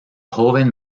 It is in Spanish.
joven